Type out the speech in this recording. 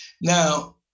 Now